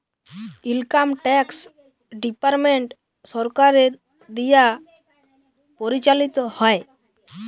income tax department সরকারের দিয়া পরিচালিত হ্যয়